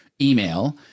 email